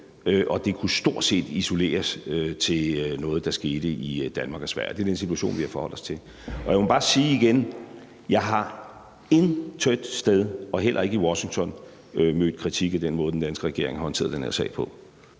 og det kunne stort set isoleres til noget, der skete i Danmark og Sverige. Det er den situation, vi har forholdt os til. Og jeg må bare sige igen, at jeg intet sted, heller ikke i Washington, har mødt kritik af den måde, den danske regering har håndteret den her sag på.